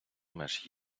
меш